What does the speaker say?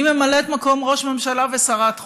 אני ממלאת מקום ראש ממשלה ושרת חוץ,